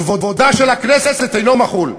כבודה של הכנסת אינו מחול.